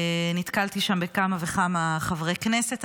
נתקלתי שם בכמה וכמה חברי כנסת.